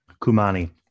Kumani